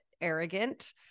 arrogant